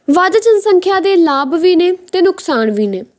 ਵੱਧ ਜਨਸੰਖਿਆ ਦੇ ਲਾਭ ਵੀ ਨੇ ਅਤੇ ਨੁਕਸਾਨ ਵੀ ਨੇ